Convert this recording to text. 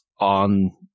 on